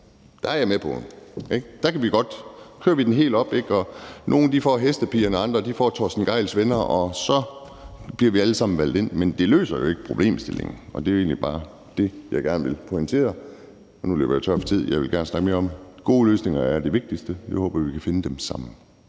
Der er jeg med på den. Der kan vi godt køre den helt op; nogle får hestepigerne, andre får Torsten Gejls venner, og så bliver vi alle sammen valgt ind. Men det løser ikke problemstillingen, og det er egentlig bare det, jeg gerne vil pointere. Og nu løber jeg tør for tid. Jeg ville gerne snakke mere om det. Gode løsninger er det vigtigste. Jeg håber, at vi kan finde dem sammen.